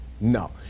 no